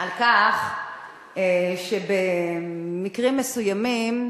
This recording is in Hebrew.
על כך שבמקרים מסוימים,